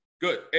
Good